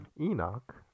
Enoch